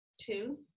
two